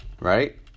right